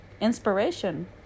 inspiration